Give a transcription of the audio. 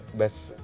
best